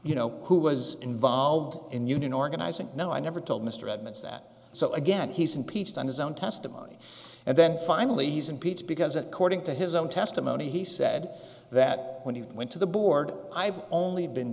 you know who was involved in union organizing no i never told mr edmunds that so again he's impeached on his own testimony and then finally he's impeached because according to his own testimony he said that when he went to the board i've only been